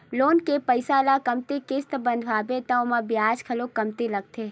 loan के पइसा ल कमती किस्त बंधवाबे त ओमा बियाज घलो कमती लागथे